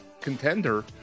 contender